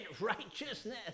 righteousness